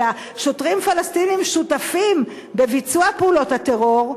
אלא שוטרים פלסטינים שותפים בביצוע פעולות הטרור,